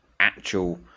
actual